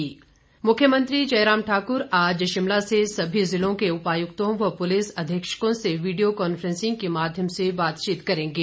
मुख्यमंत्री मुख्यमंत्री जयराम ठाक्र आज शिमला से सभी जिलों के उपायुक्तों व पुलिस अधीक्षकों से वीडियो कान्फ्रैंसिंग के माध्यम से बातचीत करेंगे